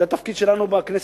זה התפקיד שלנו בכנסת,